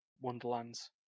Wonderlands